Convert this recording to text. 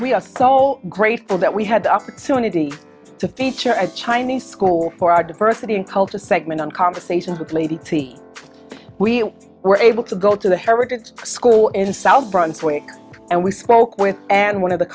we are so grateful that we had the opportunity to feature a chinese school for our diversity in culture segment on conversations with lady t we were able to go to the heritage school in south brunswick and we spoke with and one of the